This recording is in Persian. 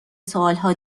سوالها